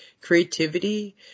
creativity